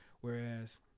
Whereas